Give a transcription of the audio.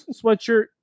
sweatshirt